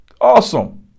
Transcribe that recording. Awesome